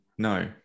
No